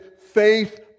faith